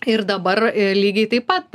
ir dabar lygiai taip pat